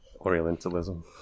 Orientalism